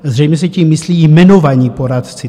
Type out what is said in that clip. Zřejmě se tím myslí jmenovaní poradci.